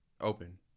open